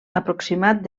aproximat